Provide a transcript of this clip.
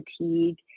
fatigue